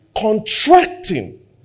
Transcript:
contracting